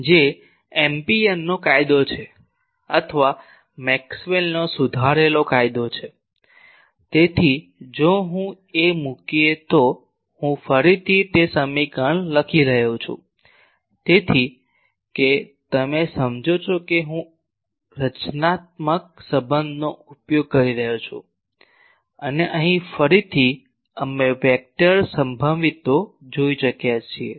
જે એમ્પીયરનો કાયદો છે અથવા મેક્સવેલનો સુધારેલો કાયદો છે તેથી જો હું મૂકીએ તો હું ફરીથી તે સમીકરણ લખી રહ્યો છું તેથી કે તમે સમજો છો કે હવે હું રચનાત્મક સંબંધનો ઉપયોગ કરી રહ્યો છું અને અહીં ફરીથી અમે વેક્ટર સંભવિતો જોઈ ચૂક્યા છીએ